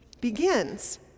begins